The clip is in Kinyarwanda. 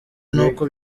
nuko